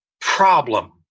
problem